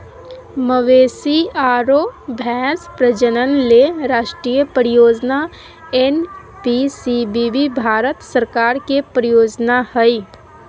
मवेशी आरो भैंस प्रजनन ले राष्ट्रीय परियोजना एनपीसीबीबी भारत सरकार के परियोजना हई